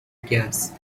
gas